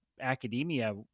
academia